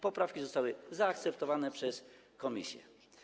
Poprawki zostały zaakceptowane przez komisję.